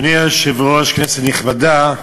אדוני היושב-ראש, כנסת נכבדה,